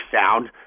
sound